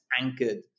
anchored